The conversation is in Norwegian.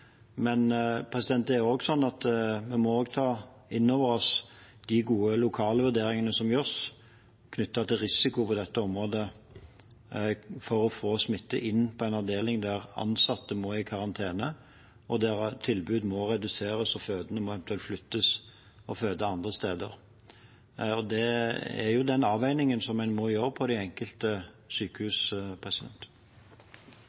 Men det er også sånn at vi må ta inn over oss de gode lokale vurderingene som gjøres knyttet til risikovurderte områder for ikke å få smitte inn på en avdeling der ansatte må i karantene, og der tilbud må reduseres og fødende eventuelt flyttes og føde andre steder. Det er jo den avveiningen en må gjøre på de enkelte